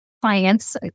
clients